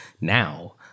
now